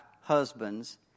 husbands